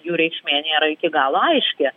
jų reikšmė nėra iki galo aiški